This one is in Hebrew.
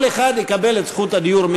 כל אחד יקבל את רשות הדיבור,